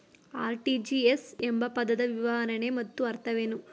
RTGS ಎಂಬ ಪದದ ವಿವರಣೆ ಮತ್ತು ಅರ್ಥವೇನು?